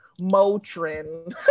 motrin